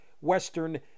Western